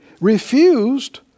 refused